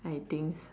I think